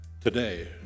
today